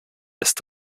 ist